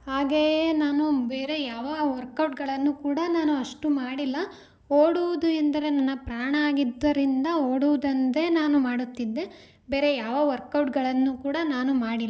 ಹಾಗೆಯೇ ನಾನು ಬೇರೆ ಯಾವ ವರ್ಕೌಟ್ಗಳನ್ನು ಕೂಡ ನಾನು ಅಷ್ಟು ಮಾಡಿಲ್ಲ ಓಡುವುದು ಎಂದರೆ ನನ್ನ ಪ್ರಾಣ ಆಗಿದ್ದರಿಂದ ಓಡುವುದೊಂದೇ ನಾನು ಮಾಡುತ್ತಿದ್ದೆ ಬೇರೆ ಯಾವ ವರ್ಕೌಟ್ಗಳನ್ನು ಕೂಡ ನಾನು ಮಾಡಿಲ್ಲ